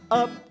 up